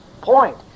point